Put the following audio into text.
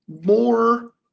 more